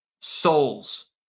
souls